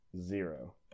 zero